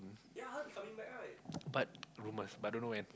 but rumors but don't know when